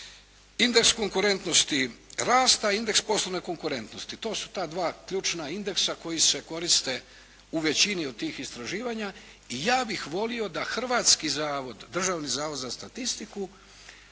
Indeks konkurentnosti rasta, indeks poslovne konkurentnosti. To su ta dva ključna indeksa koji se koriste u većini od tih istraživanja i ja bih volio da Hrvatski državni zavod za statistiku